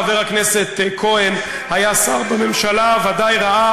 חבר הכנסת כהן היה שר בממשלה וודאי ראה